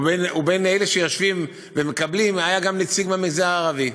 ובין אלה שיושבים ומקבלים היה גם נציג מהמגזר הערבי.